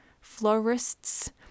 florists